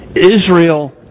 Israel